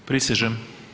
Prisežem.